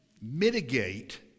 mitigate